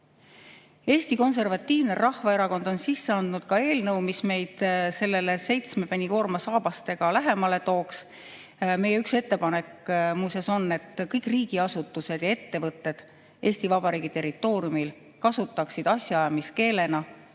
Eesti Konservatiivne Rahvaerakond on sisse andnud ka eelnõu, mis meid sellele seitsmepenikoormasaabastega lähemale viiks. Meie üks ettepanek muuseas on, et kõik riigiasutused ja ettevõtted Eesti Vabariigi territooriumil kasutaksid asjaajamiskeelena